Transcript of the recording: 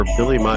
Billy